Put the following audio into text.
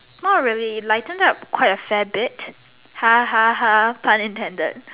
not really lighten up quite a fair bit ha ha ha pun intended